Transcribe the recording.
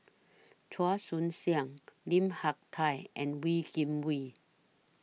Chua Joon Siang Lim Hak Tai and Wee Kim Wee